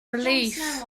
relief